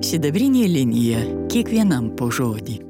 sidabrinė linija kiekvienam po žodį